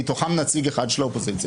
מתוכם נציג אחד של האופוזיציה,